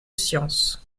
science